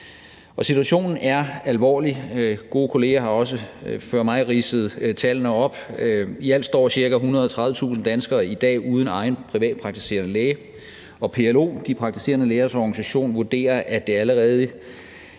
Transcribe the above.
Situationen er alvorlig. Gode kolleger har også før mig ridset tallene op. I alt står ca. 130.000 danskere i dag uden egen privatpraktiserende læge, og PLO, de praktiserende lægers organisation, vurderer, at det allerede